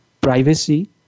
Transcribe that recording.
privacy